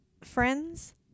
friends